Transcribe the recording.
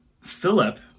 Philip